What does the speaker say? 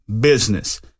business